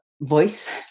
VOICE